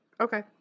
Okay